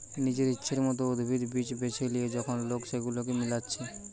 নিজের ইচ্ছের মত উদ্ভিদ, বীজ বেছে লিয়ে যখন লোক সেগুলাকে মিলাচ্ছে